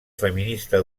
feminista